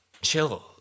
Chill